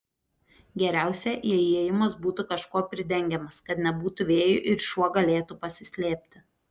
geriausia jei įėjimas būtų kažkuo pridengiamas kad nebūtų vėjų ir šuo galėtų pasislėpti